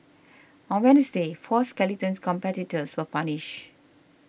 on Wednesday four skeleton competitors were punished